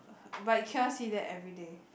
but you cannot see them everyday